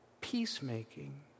peacemaking